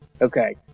Okay